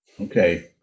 Okay